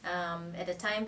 at a time